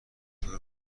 چطور